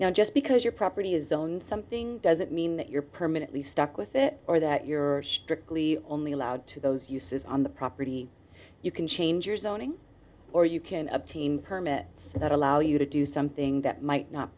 now just because your property is own something doesn't mean that you're permanently stuck with it or that you're strictly only allowed to those uses on the property you can change your zoning or you can obtain permits that allow you to do something that might not